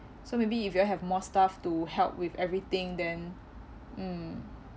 so maybe if you all have more staff to help with everything then mm